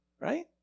right